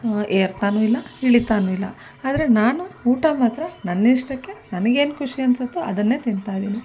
ಏರ್ತಲೂ ಇಲ್ಲ ಇಳಿತಲೂ ಇಲ್ಲ ಆದರೆ ನಾನು ಊಟ ಮಾತ್ರ ನನ್ನಿಷ್ಟಕ್ಕೆ ನನಗೇನು ಖುಷಿ ಅನ್ಸುತ್ತೋ ಅದನ್ನೇ ತಿಂತಾಯಿದ್ದೀನಿ